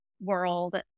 world